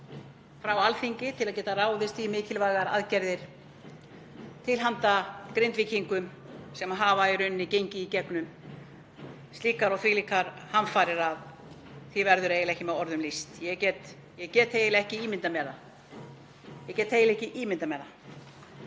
frá Alþingi til að geta ráðist í mikilvægar aðgerðir til handa Grindvíkingum sem hafa í rauninni gengið í gegnum slíkar og þvílíkar hamfarir að því verður eiginlega ekki með orðum lýst. Ég get eiginlega ekki ímyndað mér hversu hræðilegt það er að